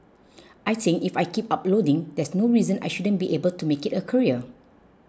I think if I keep uploading there's no reason I shouldn't be able to make it a career